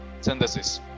synthesis